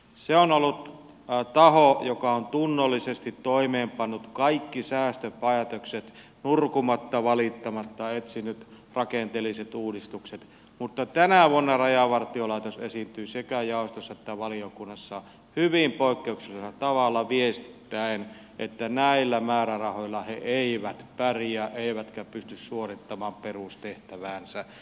se on ollut taho joka on tunnollisesti toimeenpannut kaikki säästöpäätökset nurkumatta valittamatta etsinyt rakenteelliset uudistukset mutta tänä vuonna rajavartiolaitos esiintyi sekä jaostossa että valiokunnassa hyvin poikkeuksellisella tavalla viestittäen että näillä määrärahoilla he eivät pärjää eivätkä pysty suorittamaan perustehtäväänsä